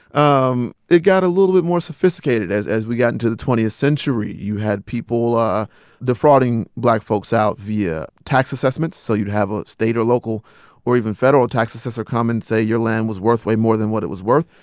um it got a little bit more sophisticated as as we got into the twentieth century. you had people defrauding black folks out via tax assessments, so you'd have a state or local or even federal tax assessor come and say your land was worth way more than what it was worth,